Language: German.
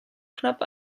knapp